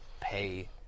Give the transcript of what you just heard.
pay